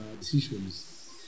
decisions